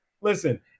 listen